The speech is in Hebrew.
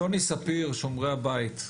יוני ספיר, "שומרי הבית",